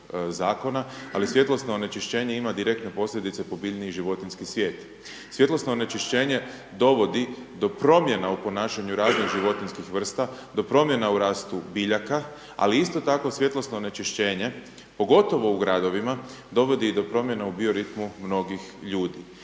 ali svjetlosno onečišćenje ima direktne posljedice po biljni i životinjski svijet. Svjetlosno onečišćenje dovodi do promjena u ponašanju raznih životinjskih vrsta, do promjena u rastu biljaka, ali isto tako svjetlosno onečišćenje pogotovo u gradovima dovodi i do promjena u bioritmu mnogih ljudi.